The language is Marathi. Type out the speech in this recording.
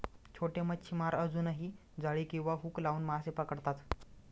छोटे मच्छीमार अजूनही जाळी किंवा हुक लावून मासे पकडतात